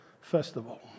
festival